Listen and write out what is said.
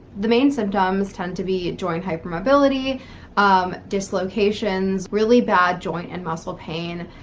the main symptoms tend to be joint hypermobility um dislocations, really bad joint and muscle pain.